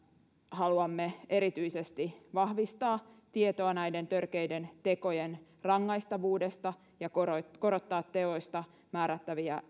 haluamme erityisesti vahvistaa tietoa näiden törkeiden tekojen rangaistavuudesta ja korottaa korottaa teoista määrättäviä